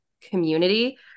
community